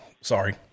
Sorry